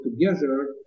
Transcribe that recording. together